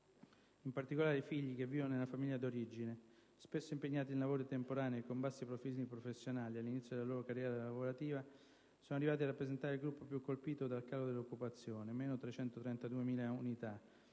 In particolare, i figli che vivono nella famiglia di origine, spesso impegnati in lavori temporanei e con bassi profili professionali all'inizio della loro carriera lavorativa, sono arrivati a rappresentare il gruppo più colpito dal calo dell'occupazione (meno 332.000 unità,